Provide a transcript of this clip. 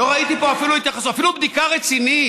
לא ראיתי פה אפילו התייחסות, אפילו בדיקה רצינית.